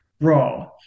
Raw